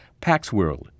PaxWorld